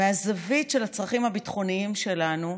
מהזווית של הצרכים הביטחוניים שלנו,